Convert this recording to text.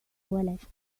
ولد